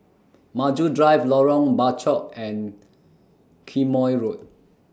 Maju Drive Lorong Bachok and Quemoy Road